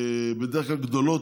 בדרך כלל גדולות,